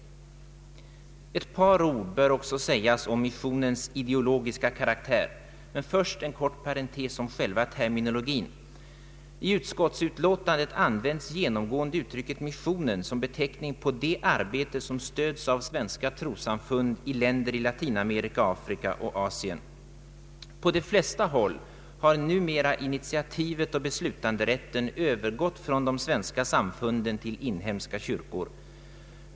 Ett par ord bör också sägas i detta sammanhang om missionens ideologiska karaktär. Men först en kort parentes om själva terminologin. I utskottisutlåtandet används genomgående uttrycket missionen som beteckning på det arbete som stöds av svenska trossamfund i länder i Latinamerika, Afrika och Asien, På de flesta håll har numera initiativet och beslutanderätten övergått från de svenska samfunden till inhemska kyrkor.